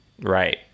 right